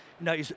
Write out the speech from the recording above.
No